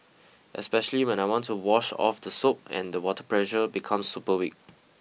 especially when I want to wash off the soap and the water pressure becomes super weak